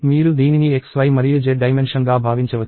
మీరు దీనిని x y మరియు z డైమెన్షన్ గా భావించవచ్చు